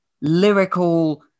lyrical